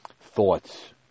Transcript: thoughts